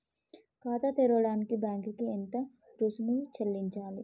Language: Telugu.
ఖాతా తెరవడానికి బ్యాంక్ కి ఎంత రుసుము చెల్లించాలి?